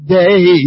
day